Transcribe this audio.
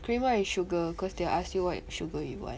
creamer and sugar cause they ask you what sugar you want